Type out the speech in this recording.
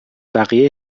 بقیه